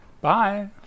Bye